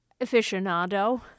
aficionado